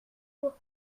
pour